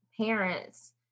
parents